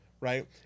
right